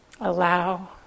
allow